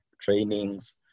trainings